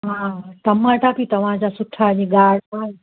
हा टमाटा बि तव्हांजा सुठा आहिनि ॻाल ॻाल